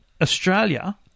Australia